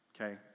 okay